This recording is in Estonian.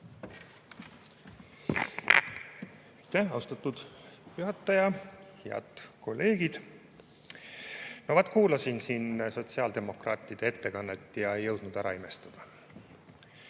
austatud juhataja! Head kolleegid! Vaat kuulasin siin sotsiaaldemokraatide ettekannet ega jõudnud ära imestada.